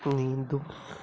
നീന്തും